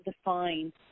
defined